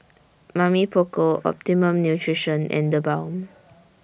Mamy Poko Optimum Nutrition and TheBalm